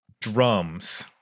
drums